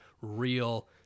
real